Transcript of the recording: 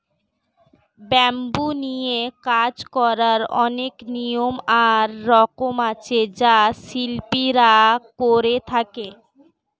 bamboo নিয়ে কাজ করার অনেক নিয়ম আর রকম আছে যা শিল্পীরা করে থাকে